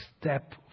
step